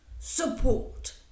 support